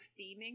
theming